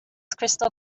crystal